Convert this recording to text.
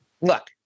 Look